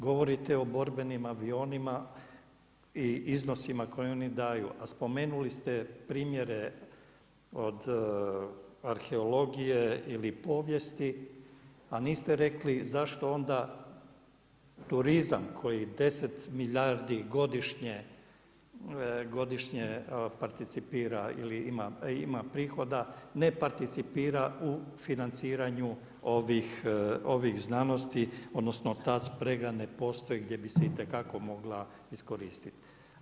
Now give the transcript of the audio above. Govorite o borbenim avionima i iznosima koje oni daju, a spomenuli ste primjere od arheologije ili povijesti, a n iste rekli zašto onda turizam koji 10 milijardi godišnje participira ili ima prihoda ne participira u financiranju ovih znanosti, odnosno ta sprega ne postoji gdje bi se itekako mogla iskoristiti.